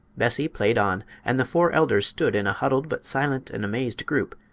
bessie played on and the four elders stood in a huddled but silent and amazed group,